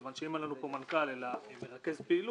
כיוון שאם אין לנו פה מנכ"ל אלא מרכז פעילות,